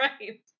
right